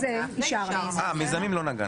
אה, במיזמים לא נגענו.